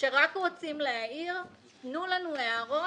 שרק רוצים להעיר: תנו לנו הערות.